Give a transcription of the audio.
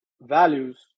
values